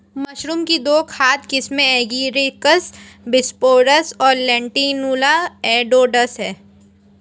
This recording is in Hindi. मशरूम की दो खाद्य किस्में एगारिकस बिस्पोरस और लेंटिनुला एडोडस है